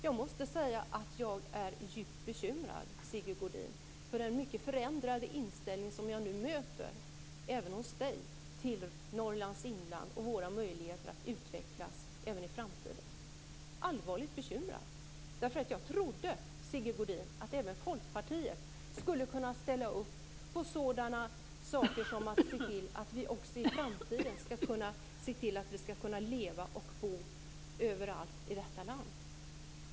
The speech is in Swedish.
Jag måste säga att jag är djupt bekymrad över den förändrade inställning som jag nu möter även hos Sigge Godin när det gäller Norrlands inland och våra möjligheter att utvecklas även i framtiden. Jag är allvarligt bekymrad. Jag trodde, Sigge Godin, att även Folkpartiet skulle kunna ställa upp på att se till att vi också i framtiden kan leva och bo överallt i detta land.